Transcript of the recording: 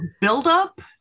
buildup